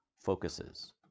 focuses